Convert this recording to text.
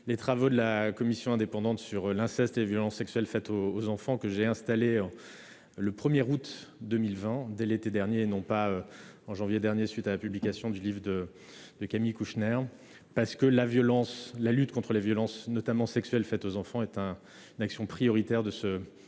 les travaux de la commission indépendante sur l'inceste et les violences sexuelles faites aux enfants, que j'ai installée dès le 1 août 2020- et non en janvier dernier à la suite de la publication du livre de Camille Kouchner -, parce que la lutte contre les violences, notamment sexuelles, faites aux enfants est une action prioritaire de ce